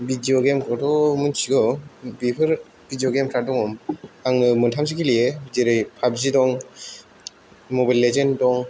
video गेमखौथ' मिथिगौ बेफोर भिडिय' गेमफ्रा दङ आंबो मोनथामसो गेलेयो जेरै पाबजि दं मबाइल लेजेन्द दं